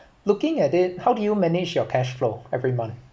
looking at it how did you manage your cash flow every month